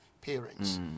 Parents